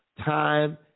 Time